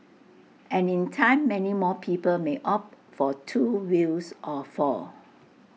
and in time many more people may opt for two wheels or four